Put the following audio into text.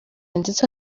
ndetse